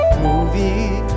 movie